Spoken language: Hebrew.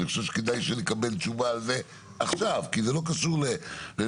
אני חושב שכדאי שנקבל תשובה על זה עכשיו כי זה לא קשור לנוסח,